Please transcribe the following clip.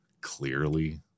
clearly